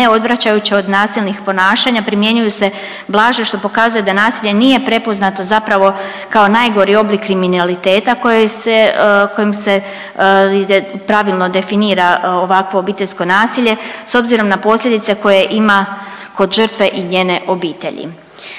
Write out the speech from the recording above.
ne odvraćajuće od nasilnih ponašanja primjenjuju se blaže što pokazuje da nasilje nije prepoznato zapravo kao najgori oblik kriminaliteta kojim se pravilno definira ovakvo obiteljsko nasilje s obzirom na posljedice koje ima kod žrtve i njene obitelji.